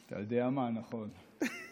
אתה יודע מה, נכון.